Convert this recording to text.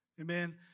Amen